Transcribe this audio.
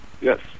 yes